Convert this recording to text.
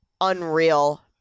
unreal